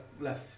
left